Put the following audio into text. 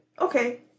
Okay